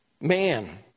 man